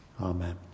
Amen